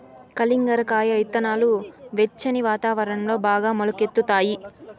కలింగర కాయ ఇత్తనాలు వెచ్చని వాతావరణంలో బాగా మొలకెత్తుతాయి